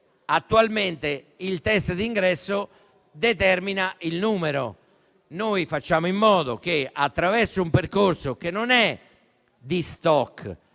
Attualmente il test di ingresso determina il numero. Noi facciamo in modo che vi sia un percorso che non è di *stock*,